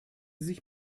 sich